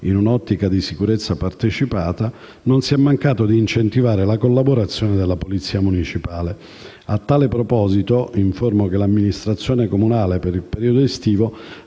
in un'ottica di sicurezza partecipata, non si è mancato di incentivare la collaborazione della polizia municipale. A tale proposito, informo che l'amministrazione comunale per il periodo estivo